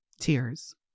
Tears